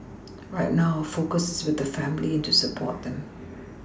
right now our focus is with the family and to support them